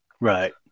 Right